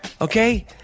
Okay